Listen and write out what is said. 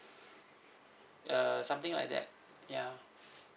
uh something like that ya